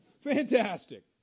Fantastic